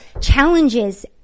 challenges